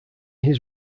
his